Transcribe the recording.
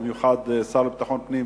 במיוחד השר לביטחון פנים,